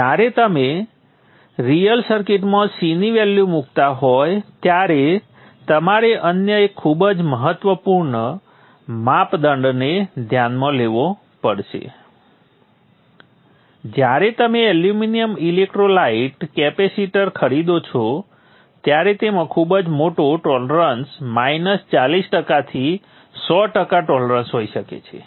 જ્યારે તમે રિઅલ સર્કિટમાં C ની વેલ્યુ મૂકતા હોય ત્યારે તમારે અન્ય એક ખૂબ જ મહત્વપૂર્ણ માપદંડને ધ્યાનમાં લેવો પડશે જ્યારે તમે એલ્યુમિનિયમ ઇલેક્ટ્રોલાઇટ કેપેસિટર ખરીદો છો ત્યારે તેમાં ખૂબ જ મોટો ટોલરન્સ માઇનસ ચાલીસ ટકાથી સો ટકા ટોલરન્સ હોઈ શકે છે